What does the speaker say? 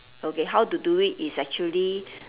okay how to do it is actually